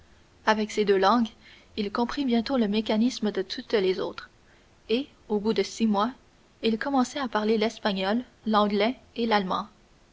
avec ces deux langues il comprit bientôt le mécanisme de toutes les autres et au bout de six mois il commençait à parler l'espagnol l'anglais et l'allemand